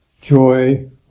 joy